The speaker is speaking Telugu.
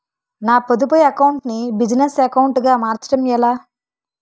నా పొదుపు అకౌంట్ నీ బిజినెస్ అకౌంట్ గా మార్చడం ఎలా?